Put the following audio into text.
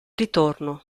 ritorno